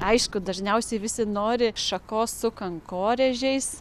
aišku dažniausiai visi nori šakos su kankorėžiais